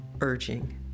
urging